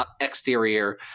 exterior